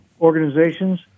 organizations